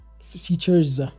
features